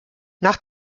nach